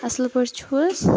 اَصٕل پٲٹھۍ چھِو حظ